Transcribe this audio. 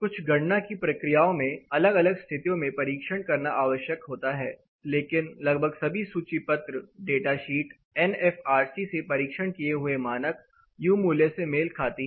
कुछ गणना की प्रक्रियाओं में अलग अलग स्थितियों में परीक्षण करना आवश्यक होता है लेकिन लगभग सभी सूची पत्र data sheet N F R C से परीक्षण किए हुए मानक यू मूल्य से मेल खाती हैं